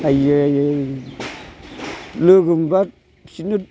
आयै लोगो मोनब्ला बिसोरनो